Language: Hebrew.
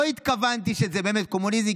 לא התכוונתי שזה באמת קומוניזם,